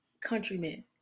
countrymen